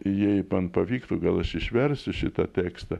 jei man pavyktų gal aš išversiu šitą tekstą